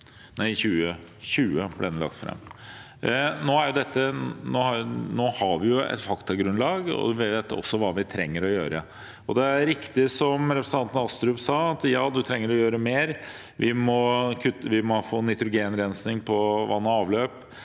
som da ble lagt fram i 2020. Nå har vi et faktagrunnlag, og vi vet også hva vi trenger å gjøre. Det er riktig som representanten Astrup sa, at vi trenger å gjøre mer. Vi må få nitrogenrensing av vann og avløp,